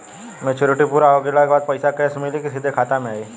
Maturity पूरा हो गइला के बाद पईसा कैश मिली की सीधे खाता में आई?